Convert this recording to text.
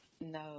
No